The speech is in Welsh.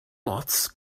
ots